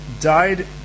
died